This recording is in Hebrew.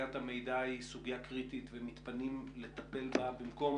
היא סוגיה קריטית ומתפנים לטפל בה במקום